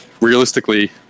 realistically